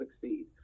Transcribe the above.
succeed